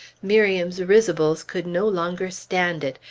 miriam's risibles could no longer stand it,